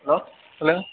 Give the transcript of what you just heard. hello சொல்லுங்கள்